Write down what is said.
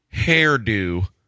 hairdo